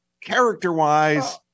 character-wise